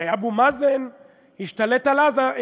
הרי אבו מאזן ישתלט על עזה.